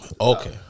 Okay